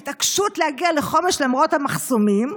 ההתעקשות להגיע לחומש למרות המחסומים.